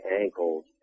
ankles